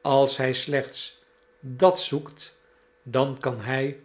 als hij slechts dat zoekt dan kan hij